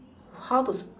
how to s~